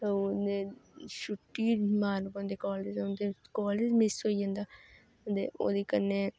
छुट्टी मारना पौंदी कालेज उंदा कालेज मिस होई जंदा दे ओह्दे कन्नै